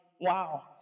wow